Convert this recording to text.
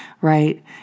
right